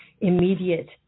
immediate